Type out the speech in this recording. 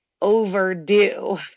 overdue